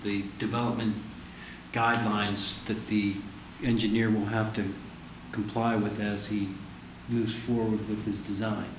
the development guidelines that the engineer will have to comply with as he moves forward with his